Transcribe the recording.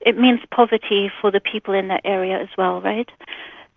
it means poverty for the people in that area as well.